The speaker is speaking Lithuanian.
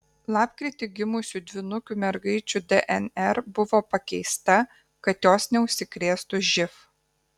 lapkritį gimusių dvynukių mergaičių dnr buvo pakeista kad jos neužsikrėstų živ